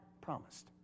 promised